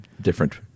Different